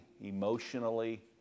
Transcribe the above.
emotionally